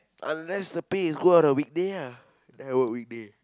unless the pay is good on a weekday ah then I work weekday